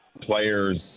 players